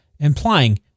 implying